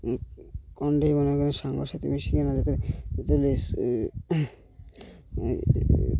କଣ୍ଢେଇ ବନାଇକି ସାଙ୍ଗସାଥୀ ମିଶିକିନା ଯେତେବେଳେ ଯେତେବେଳେ